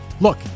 Look